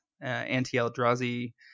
anti-Eldrazi